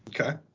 Okay